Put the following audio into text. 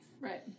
Right